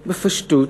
בפשטות.